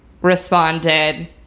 responded